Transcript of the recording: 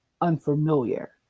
unfamiliar